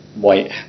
white